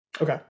Okay